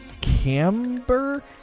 camber